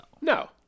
No